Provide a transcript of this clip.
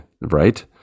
right